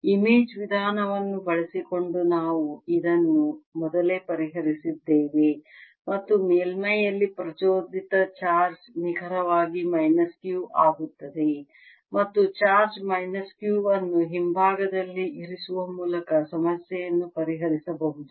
image ವಿಧಾನವನ್ನು ಬಳಸಿಕೊಂಡು ನಾವು ಇದನ್ನು ಮೊದಲೇ ಪರಿಹರಿಸಿದ್ದೇವೆ ಮತ್ತು ಮೇಲ್ಮೈಯಲ್ಲಿ ಪ್ರಚೋದಿತ ಚಾರ್ಜ್ ನಿಖರವಾಗಿ ಮೈನಸ್ Q ಆಗುತ್ತದೆ ಮತ್ತು ಚಾರ್ಜ್ ಮೈನಸ್ Q ಅನ್ನು ಹಿಂಭಾಗದಲ್ಲಿ ಇರಿಸುವ ಮೂಲಕ ಸಮಸ್ಯೆಯನ್ನು ಪರಿಹರಿಸಬಹುದು